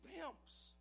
pimps